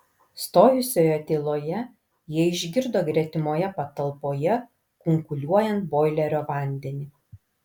stojusioje tyloje jie išgirdo gretimoje patalpoje kunkuliuojant boilerio vandenį